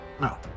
No